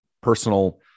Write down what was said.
personal